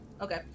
okay